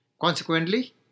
Consequently